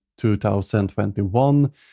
2021